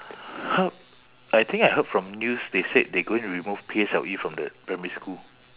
heard I think I heard from news they said they going to remove P_S_L_E from the primary school